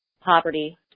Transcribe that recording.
poverty